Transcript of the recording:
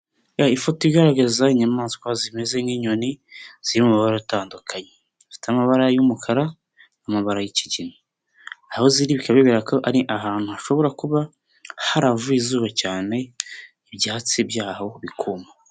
Ifoto igaragaza inyamaswa zimeze n'inyoni ziri mu mabara atandukanye, zifite amabara y'umukara n'amabara y'ikigina, aho ziri bikabigaragara ko ari ahantu hashobora kuba haravuye izuba cyane ibyatsi byaho bikuma.